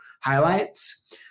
highlights